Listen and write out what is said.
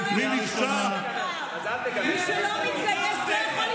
מי שלא מתגייס לא יכול ליפול בקרב.